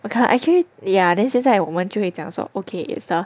我看 actually ya then 现在我们就会讲说 ok it's a